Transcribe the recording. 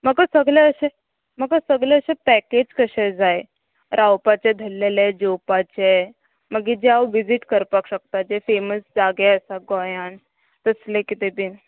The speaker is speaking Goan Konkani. म्हाका सगले अशे म्हाका सगळे अशे पॅकेज कशे जाय रावपाचे धरलेले जेवपाचे मागीर जे हांव विजीट करपाक शकता जे फेमस जागे आसा गोंयान तसले किते बीन